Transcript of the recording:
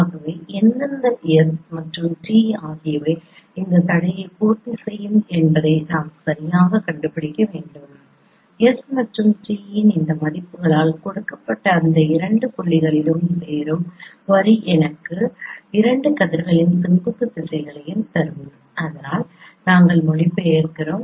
ஆகவே எந்தெந்த s மற்றும் t ஆகியவை இந்த தடையை பூர்த்திசெய்யும் என்பதை நாம் சரியாக கண்டுபிடிக்க வேண்டும் s மற்றும் t இன் இந்த மதிப்புகளால் கொடுக்கப்பட்ட அந்த இரண்டு புள்ளிகளிலும் சேரும் வரி எனக்கு இரண்டு கதிர்களின் செங்குத்து திசைகளையும் தரும் அதனால் நாங்கள் மொழிபெயர்க்கிறோம்